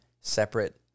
separate